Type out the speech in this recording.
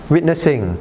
Witnessing